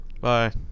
Bye